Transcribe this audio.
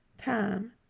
Time